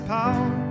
power